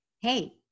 Hey